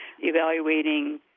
evaluating